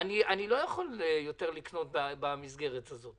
לא אוכל יותר לקנות במסגרת הזאת.